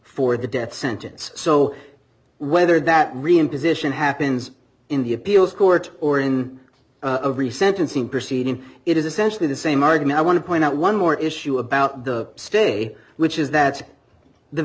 for the death sentence so whether that reimposition happens in the appeals court or in a every sentence in proceeding it is essentially the same argument i want to point out one more issue about the stay which is that the